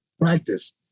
practice